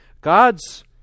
God's